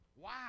Wow